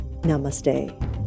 namaste